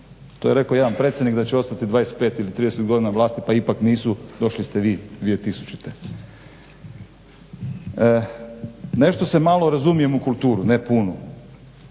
To je rekao jedan predsjednik da će ostati 25 ili 30 godina na vlasti, pa ipak nisu. Došli ste vi 2000. Nešto se malo razumijem u kulturu, ne puno